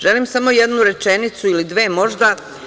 želim samo jednu rečenicu ili dve možda.